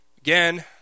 Again